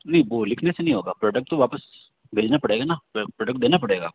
नहीं वो लिखने से नहीं होगा प्रॉडक्ट तो वापस भेजना पड़ेगा न जो है प्रॉडक्ट देना पड़ेगा